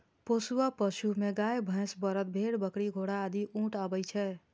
पोसुआ पशु मे गाय, भैंस, बरद, भेड़, बकरी, घोड़ा, ऊंट आदि आबै छै